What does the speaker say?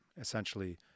essentially